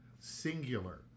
singular